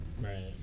Right